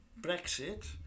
Brexit